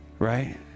Right